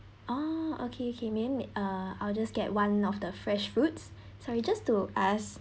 ah okay okay uh I'll just get one of the fresh fruits sorry just to ask